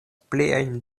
pliajn